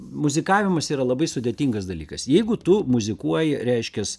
muzikavimas yra labai sudėtingas dalykas jeigu tu muzikuoji reiškias